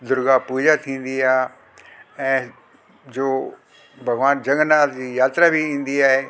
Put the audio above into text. दुर्गा पूजा थींदी आहे ऐं जो जगरनाथ जी यात्रा बि ईंदी आहे